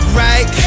right